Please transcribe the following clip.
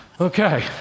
Okay